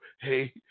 Hey